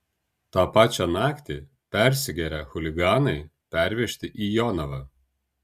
tą pačią naktį persigėrę chuliganai pervežti į jonavą